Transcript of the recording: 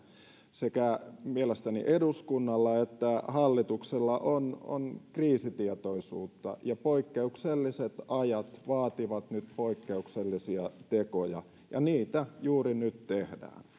sekä eduskunnalla että hallituksella on on kriisitietoisuutta ja poikkeukselliset ajat vaativat nyt poikkeuksellisia tekoja ja niitä juuri nyt tehdään